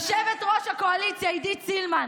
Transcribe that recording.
שיעבירו בטרומית ולא תקדמי עד שיביאו הצעת